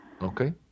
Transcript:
Okay